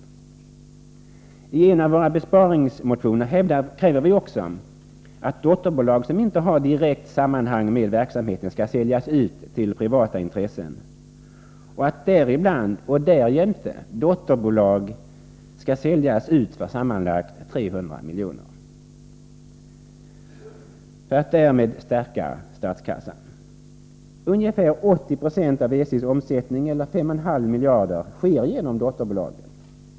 I en av våra besparingsmotioner kräver vi också att dotterbolag som inte har direkt sammanhang med verksamheten skall säljas ut till privata intressen och att däribland och därjämte dotterbolag skall säljas ut för sammanlagt 300 milj.kr. för att därmed stärka statskassan. Ungefär 80 96 av SJ:s omsättning eller 5,5 miljarder sker genom dotterbolagen.